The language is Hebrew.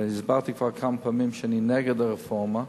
הסברתי כבר כמה פעמים שאני נגד הרפורמה,